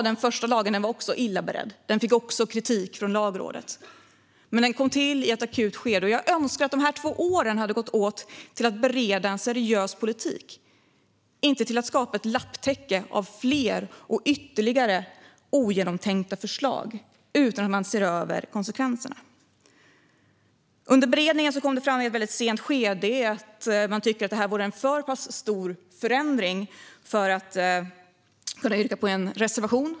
Den första lagen var visserligen också illa beredd och fick också kritik av Lagrådet, men den kom till i ett akut skede. Jag önskar att dessa två år hade använts till beredning av en seriös politik, inte till att skapa ett lapptäcke av ytterligare ogenomtänkta förslag där man inte har sett till konsekvenserna. Under beredningen kom det i ett väldigt sent skede fram att man tyckte att det vore en alltför stor förändring om man yrkade bifall till en reservation.